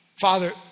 Father